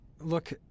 Look